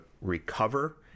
recover